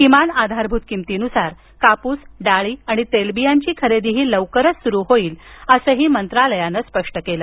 किमान आधारभूत किमतीनुसार कापूस डाळी आणि तेलबियांची खरेदीही लवकरच सुरू होईल असंही मंत्रालयानं स्पष्ट केलं